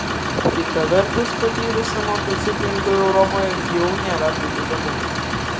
kita vertus patyrusiam motociklininkui europoje jau nėra taip įdomu